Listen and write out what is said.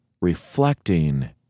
reflecting